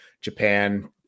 Japan